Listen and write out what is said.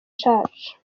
church